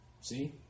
See